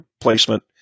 placement